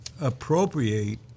appropriate